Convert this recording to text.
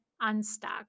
unstuck